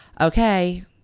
okay